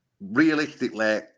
Realistically